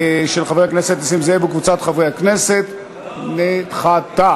של חבר הכנסת נסים זאב וקבוצת חברי הכנסת, נדחתה.